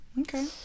Okay